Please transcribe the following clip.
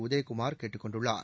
உதயகுமார் கேட்டுக் கொண்டுள்ளார்